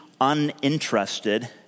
uninterested